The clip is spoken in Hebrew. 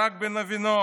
ברק בן אבינעם,